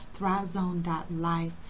thrivezone.life